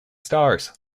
stars